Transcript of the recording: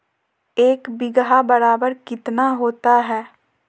एक बीघा बराबर कितना होता है?